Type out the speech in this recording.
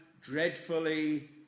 dreadfully